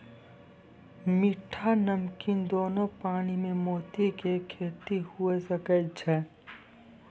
मीठा, नमकीन दोनो पानी में मोती के खेती हुवे सकै छै